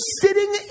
sitting